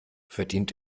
verdient